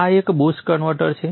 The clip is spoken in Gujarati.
આ એક બુસ્ટ કન્વર્ટર છે